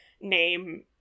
name